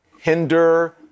hinder